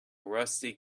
rusty